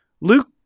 Luke